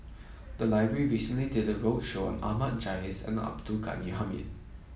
the library recently did a roadshow on Ahmad Jais and Abdul Ghani Hamid